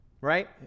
Right